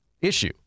issue